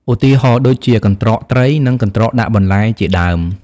ឧទាហរណ៍ដូចជា កន្ត្រកត្រី និង កន្ត្រកដាក់បន្លែ ជាដើម។